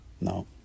No